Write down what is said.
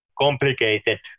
complicated